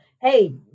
hey